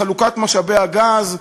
בחלוקת משאבי הגז,